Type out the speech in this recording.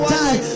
die